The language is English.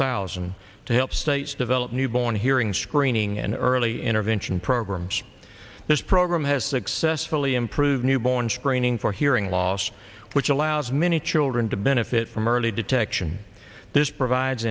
thousand to help states develop newborn hearing screening and early intervention programs this program has successfully improved newborns training for hearing loss which allows many children to benefit from early detection this provides